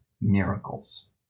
miracles